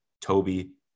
toby